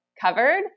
covered